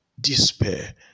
despair